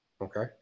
okay